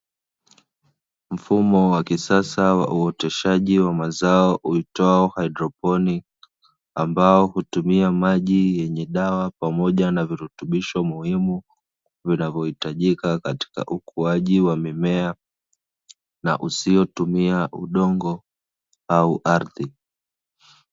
Mfumo wa kisasa wa uoteshaji wa mazao uitwao haidroponi, ambao hutumia maji yenye dawa pamoja na virutubisho muhimu vinavohitajika katika ukuaji wa mimea. Na usiotumia udongo au ardhi.